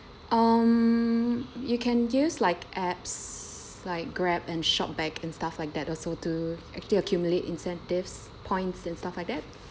um you can use like apps like Grab and ShopBack and stuff like that also to actually accumulate incentives points and stuff like that